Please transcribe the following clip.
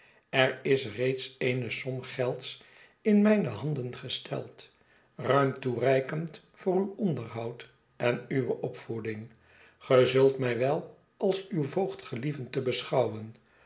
er is reeds eene som gelds in mijne hand en gesteld ruim toereikend voor uw onderhoud en uwe opvoeding ge zult mij wel als uw voogd gelieven te beschouwen